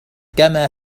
كما